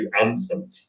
anthem